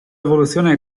evoluzione